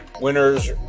winners